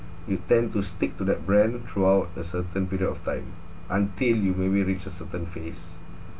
you tend to stick to that brand throughout a certain period of time until you maybe reach a certain phase